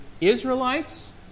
Israelites